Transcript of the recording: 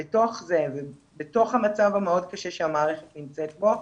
בתוך המצב הקשה מאוד שהמערכת נמצאת בו,